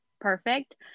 perfect